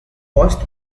post